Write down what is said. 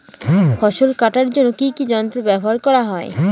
ফসল কাটার জন্য কি কি যন্ত্র ব্যাবহার করা হয়?